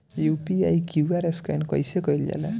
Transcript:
UPI QR scan कइसे कईल जा ला?